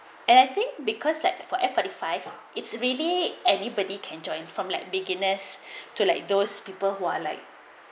and I think because like for F forty five it's really anybody can join from like beginners to like those people who are like